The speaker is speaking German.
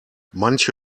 manche